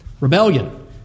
Rebellion